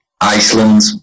Iceland